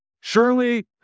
Surely